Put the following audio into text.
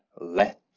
let